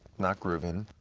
not grooving,